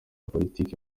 politiki